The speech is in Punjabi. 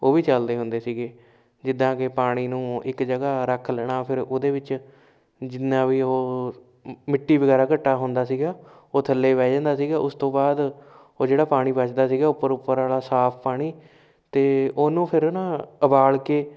ਉਹ ਵੀ ਚੱਲਦੇ ਹੁੰਦੇ ਸੀਗੇ ਜਿੱਦਾਂ ਕਿ ਪਾਣੀ ਨੂੰ ਇੱਕ ਜਗ੍ਹਾ ਰੱਖ ਲੈਣਾ ਫਿਰ ਉਹਦੇ ਵਿੱਚ ਜਿੰਨਾ ਵੀ ਉਹ ਮਿੱਟੀ ਵਗੈਰਾ ਘੱਟਾ ਹੁੰਦਾ ਸੀਗਾ ਉਹ ਥੱਲੇ ਬਹਿ ਜਾਂਦਾ ਸੀਗਾ ਉਸ ਤੋਂ ਬਾਅਦ ਉਹ ਜਿਹੜਾ ਪਾਣੀ ਬਚਦਾ ਸੀਗਾ ਉੱਪਰ ਉੱਪਰ ਵਾਲਾ ਸਾਫ ਪਾਣੀ ਅਤੇ ਉਹਨੂੰ ਫਿਰ ਨਾ ਉਬਾਲ ਕੇ